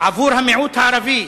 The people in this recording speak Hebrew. עבור המיעוט הערבי.